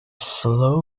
flow